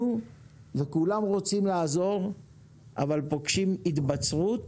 וכולם רוצים לעזור אבל פוגשים התבצרות